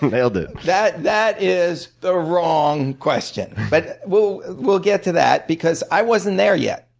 nailed it. that that is the wrong question. but we'll we'll get to that. because i wasn't there yet.